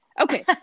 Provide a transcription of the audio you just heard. Okay